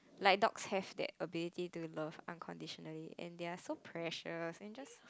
like dogs have that ability to love unconditionally and they are so precious and just